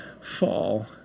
fall